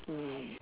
mm